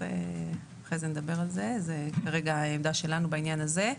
כרגע העמדה שלנו בעניין הזה.